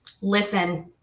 Listen